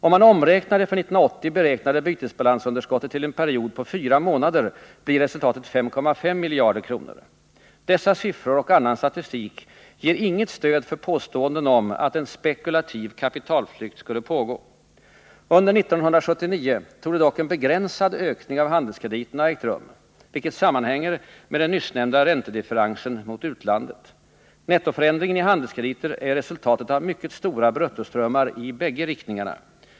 Om man omräknar det för 1980 beräknade bytesbalansunderskottet till en period på fyra månader blir resultatet 5,5 miljarder kronor. Dessa siffror och annan statistik ger inget stöd för påståenden om att en spekulativ kapitalflykt skulle pågå. Under 1979 torde dock en begränsad ökning av handelskrediterna ha ägt rum, vilket sammanhänger med den nyssnämnda räntedifferensen mot utlandet. Nettoförändringen i handelskrediter är resultatet av mycket stora bruttoströmmar i bägge riktningarna.